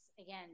again